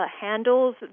handles